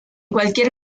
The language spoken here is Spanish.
cualquier